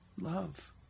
Love